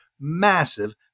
massive